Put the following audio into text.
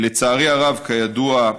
לצערי הרב, כידוע,